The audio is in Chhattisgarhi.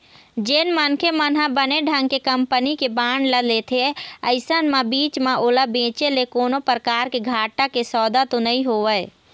जेन मनखे मन ह बने ढंग के कंपनी के बांड ल लेथे अइसन म बीच म ओला बेंचे ले कोनो परकार के घाटा के सौदा तो नइ होवय